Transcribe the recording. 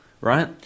right